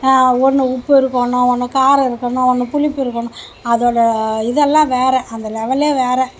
ஒன்று உப்பு இருக்கணும் ஒன்று காரம் இருக்கணும் ஒன்று புளிப்பிருக்குணும் அதோட இதெல்லாம் வேறு அந்த லெவல்லே வேறு